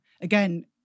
Again